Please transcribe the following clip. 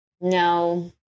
No